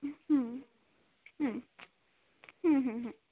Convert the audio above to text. হুম হুম হুম হুম হুম